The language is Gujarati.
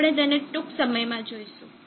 આપણે તેને ટૂંક સમયમાં જોઈશું